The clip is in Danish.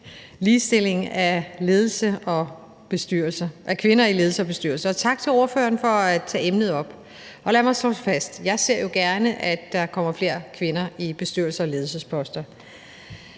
ligestilling af kvinder i ledelser og bestyrelser. Og tak til ordføreren for at tage emnet op. Lad mig så slå fast: Jeg ser jo gerne, at der kommer flere kvinder på bestyrelses- og ledelsesposter.